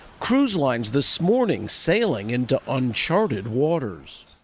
cruise lines this morning sailing into uncharted waters